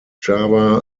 java